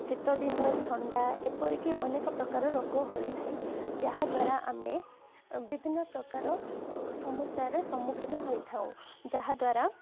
ଶୀତ ଦିନ ଥଣ୍ଡା ଏପରିକି ଅନେକ ପ୍ରକାର ରୋଗ ହୋଇଥାଏ ଯାହାଦ୍ୱାରା ଆମେ ବିଭିନ୍ନ ପ୍ରକାର ସମସ୍ୟାରେ ସମ୍ମୁଖୀନ ହୋଇଥାଉ ଯାହାଦ୍ୱାରା